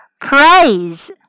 praise